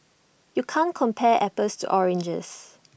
you can't compare apples to oranges